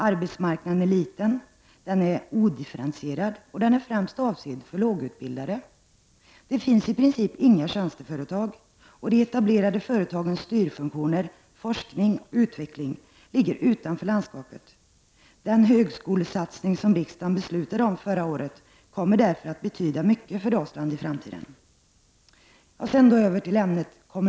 Arbetsmarknaden är liten, odifferentierad och främst avsedd för lågutbildade. Det finns i princip inga tjänsteföretag och de etablerade företagens styrfunktioner, forskning och utveckling ligger utanför landskapet. Den högskolesatsning som riksdagen beslutade om förra året kommer därför att betyda mycket för Dalsland i framtiden.